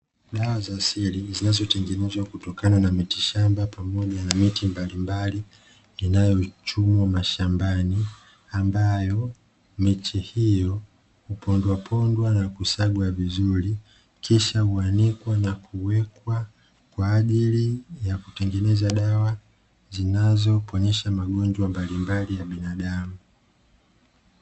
Dawa za asili zinazotengenezwa kutokana na miti shamba pamoja na miti mbalimbali inayochumwa mashambani, ambayo miche hiyo hupondwapondwa na kusagwa vizuri kisha huanikwa na kuwekwa kwa ajili ya kutengeneza dawa zinazoponyesha magonjwa mbalimbali ya binadamu.